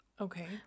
Okay